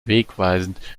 wegweisend